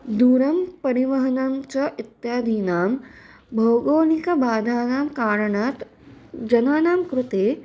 दूरं परिवहनं च इत्यादीनां भौगोलिकबाधानां कारणात् जनानां कृते